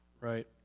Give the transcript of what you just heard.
right